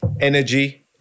energy